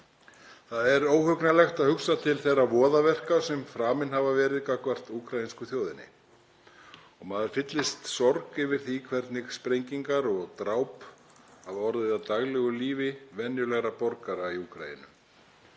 Það er óhugnanlegt að hugsa til þeirra voðaverka sem framin hafa verið gagnvart úkraínsku þjóðinni og maður fyllist sorg yfir því hvernig sprengingar og dráp hafa orðið hluti af daglegu lífi venjulegra borgara í Úkraínu.